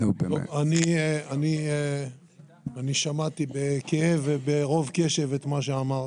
אני שמעתי בכאב וברוב קשב את מה שאמרת,